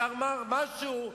שאמר משהו,